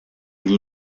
gli